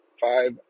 five